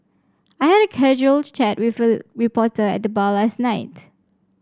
I had a casual chat with a reporter at the bar last night